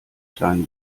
kleine